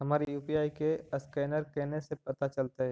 हमर यु.पी.आई के असकैनर कने से पता चलतै?